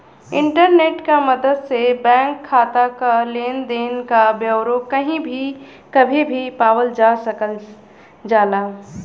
internet क मदद से बैंक खाता क लेन देन क ब्यौरा कही भी कभी भी पावल जा सकल जाला